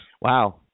Wow